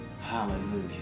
Hallelujah